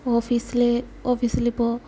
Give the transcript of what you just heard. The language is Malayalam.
ഓഫീസിലേ ഓഫീസിലിപ്പോൾ